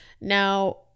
Now